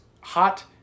hot